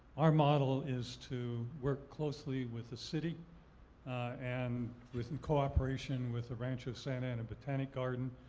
our model is to work closely with the city and with and cooperation with the rancho santa ana botanic garden.